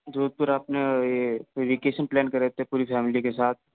जोधपुर अपने यह vacation plan कर रहे थे पूरी फ़ैमिली के साथ